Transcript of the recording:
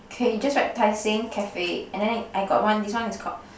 okay you just write Tai-Seng cafe and then I got one this one is called